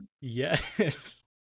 Yes